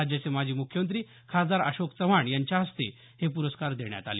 राज्याचे माजी मुख्यमंत्री खासदार अशोक चव्हाण यांच्या हस्ते हे प्रस्कार देण्यात आले